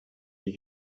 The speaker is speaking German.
die